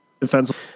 defensive